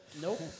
Nope